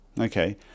Okay